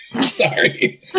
sorry